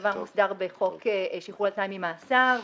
הדבר מוסדר בחוק שחרור על תנאי ממאסר,